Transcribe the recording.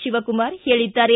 ಶಿವಕುಮಾರ್ ಹೇಳಿದ್ದಾರೆ